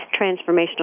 transformational